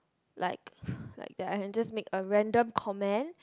like I can just make a random comment